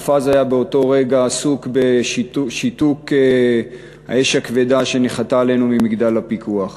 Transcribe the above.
מופז היה באותו רגע עסוק בשיתוק האש הכבדה שניחתה עלינו ממגדל הפיקוח.